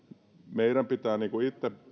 meidän pitää itse